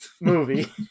movie